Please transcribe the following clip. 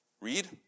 Read